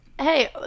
hey